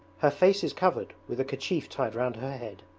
her face is covered with a kerchief tied round her head.